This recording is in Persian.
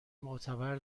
معتبر